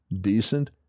decent